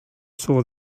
saw